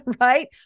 right